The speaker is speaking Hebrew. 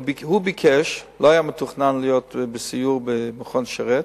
לא היה מתוכנן סיור במכון "שרת",